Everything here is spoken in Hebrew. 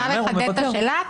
אתה מרשה לחדד את השאלה?